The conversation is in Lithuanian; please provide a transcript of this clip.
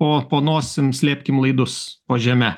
po po nosim slėpkim laidus po žeme